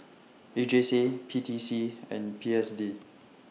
A J C P T C and P S D